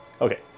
okay